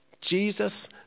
Jesus